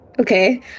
okay